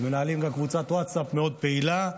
ומנהלים גם קבוצת ווטסאפ מאוד פעילה,